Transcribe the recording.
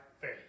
faith